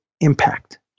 impact